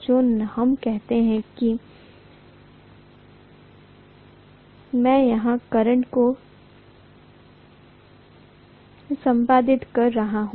तो हम कहते हैं कि मैं यहाँ करंट को संपादित कर रहा हूँ